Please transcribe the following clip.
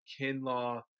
Kinlaw